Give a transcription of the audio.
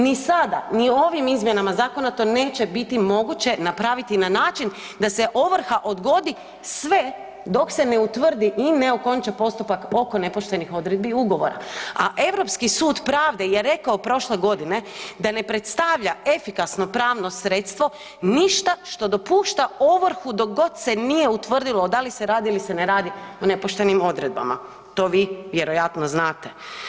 Ni sada ni ovim izmjenama zakona to neće biti moguće napraviti na način da se ovrha odgodi sve dok se ne utvrdi i ne okonča postupak oko nepoštenih odredbi ugovora, a Europski sud pravde je rekao prošle godine da ne predstavlja efikasno pravno sredstvo ništa što dopušta ovrhu dok god se nije utvrdilo da li se radi ili se ne radi o nepoštenim odredbama, to vi vjerojatno znate.